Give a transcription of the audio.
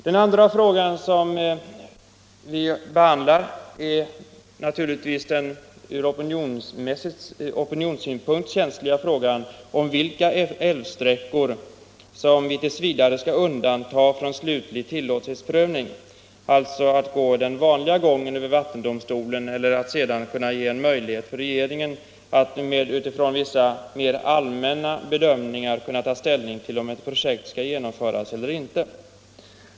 Den andra fråga vi behandlar är den ur opinionssynpunkt känsliga frågan om vilka älvsträckor som vi t. v. skall undanta från slutlig tilllåtlighetsprövning, alltså att gå den vanliga gången över vattendomstolen eller att senare kunna ge en möjlighet för regeringen att utifrån vissa mer allmänna bedömningar kunna ta ställning till om ett projekt skall genomföras eller inte.